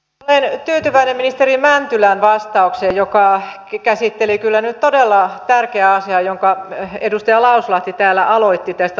olen tyytyväinen ministeri mäntylän vastaukseen jossa käsiteltiin kyllä todella tärkeää asiaa lastensuojelukysymystä jonka edustaja lauslahti täällä aloitti